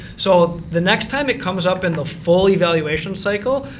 so the next time it comes up in the full valuation cycle,